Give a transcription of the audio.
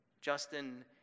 Justin